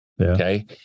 Okay